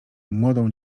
młodą